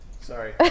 Sorry